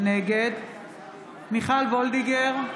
נגד מיכל וולדיגר,